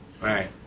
Right